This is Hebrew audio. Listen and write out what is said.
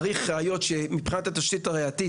צריך ראיות שמבחינת התשתית הראייתית